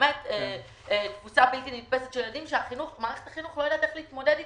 באמת תפוסה בלתי נתפסת של ילדים שמערכת החינוך לא יודעת להתמודד איתה.